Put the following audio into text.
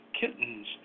kittens